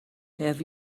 have